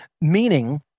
Meaning